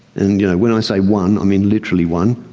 and when i say one i mean literally one,